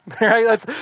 Right